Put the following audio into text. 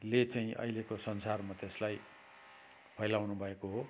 ले चाहिँ अहिलेको संसारमा त्यसलाई फैलाउनु भएको हो